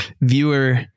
viewer